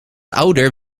ouder